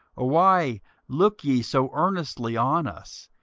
why look ye so earnestly on us,